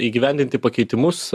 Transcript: įgyvendinti pakeitimus